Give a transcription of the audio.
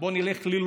בוא נלך ללוד,